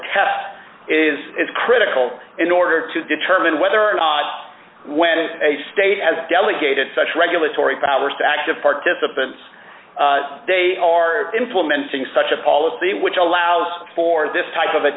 is critical in order to determine whether or not when a state has delegated such regulatory powers to active participants they are implementing such a policy which allows for this type of a